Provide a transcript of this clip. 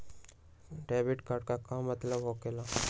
Debit card के का मतलब होकेला?